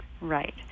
Right